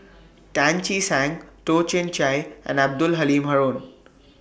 Tan Che Sang Toh Chin Chye and Abdul Halim Haron